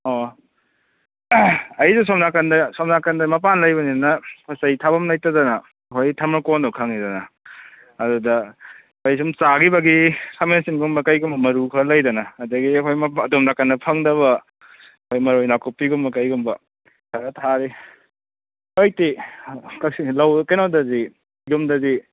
ꯑꯣ ꯑꯩꯗꯣ ꯑꯁꯣꯝ ꯅꯥꯀꯟꯗ ꯑꯁꯣꯝ ꯅꯥꯀꯟꯗ ꯃꯄꯥꯟ ꯂꯩꯕꯅꯤꯅ ꯄꯣꯠꯆꯩ ꯊꯥꯕꯝ ꯂꯩꯇꯗꯅ ꯑꯩꯈꯣꯏ ꯊꯝꯕ ꯀꯣꯟꯗꯣ ꯈꯪꯉꯤꯗꯅ ꯑꯗꯨꯗ ꯑꯩ ꯁꯨꯝ ꯆꯥꯈꯤꯕꯒꯤ ꯈꯥꯃꯦꯟ ꯑꯁꯤꯟꯕꯒꯨꯝꯕ ꯀꯩꯒꯨꯝꯕ ꯃꯔꯨ ꯈꯔ ꯂꯩꯗꯅ ꯑꯗꯒꯤ ꯑꯩꯈꯣꯏ ꯃꯄꯥꯟ ꯑꯗꯣꯝ ꯅꯥꯀꯟꯗ ꯐꯪꯗꯕ ꯑꯩꯈꯣꯏ ꯃꯔꯣꯏ ꯅꯥꯀꯨꯞꯄꯤꯒꯨꯝꯕ ꯀꯩꯒꯨꯝꯕ ꯈꯔ ꯊꯥꯔꯤ ꯍꯧꯖꯤꯛꯇꯤ ꯀꯛꯆꯤꯡꯒꯤ ꯂꯧ ꯀꯩꯅꯣꯗꯗꯤ ꯌꯨꯝꯗꯗꯤ